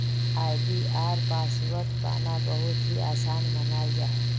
आई.डी.आर password पाना बहुत ही आसान मानाल जाहा